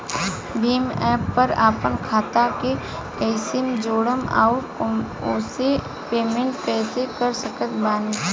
Bhim app पर आपन खाता के कईसे जोड़म आउर ओसे पेमेंट कईसे कर सकत बानी?